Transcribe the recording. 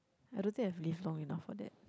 I don't think I have lived long enough for that